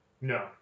No